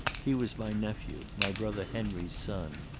he was my nephew, my brother henry's son.